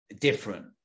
different